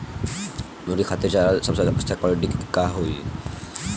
मुर्गी खातिर चारा सबसे अच्छा क्वालिटी के का होई?